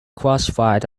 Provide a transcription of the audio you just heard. classified